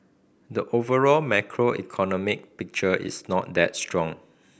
the overall macroeconomic picture is not that strong